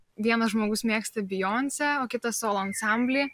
vienas žmogus mėgsta bijonse o kitas solo ansamblį